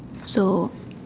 so